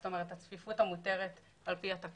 זאת אומרת הצפיפות המותרת על פי התקנות.